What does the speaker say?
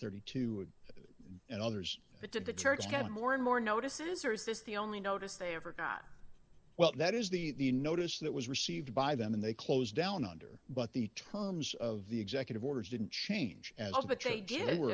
thirty two cents and others but did the church get more and more notices or is this the only notice they ever got well that is the the notice that was received by them and they closed down under but the terms of the executive orders didn't change at all but they did